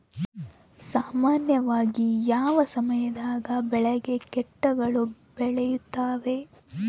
ಸಾಮಾನ್ಯವಾಗಿ ಯಾವ ಸಮಯದಾಗ ಬೆಳೆಗೆ ಕೇಟಗಳು ಬೇಳುತ್ತವೆ?